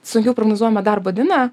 sunkiau prognozuojama darbo diena